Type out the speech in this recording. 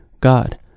God